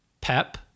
pep